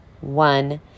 one